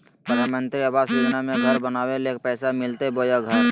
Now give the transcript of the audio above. प्रधानमंत्री आवास योजना में घर बनावे ले पैसा मिलते बोया घर?